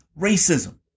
racism